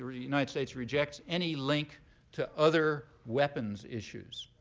united states rejects any link to other weapons issues.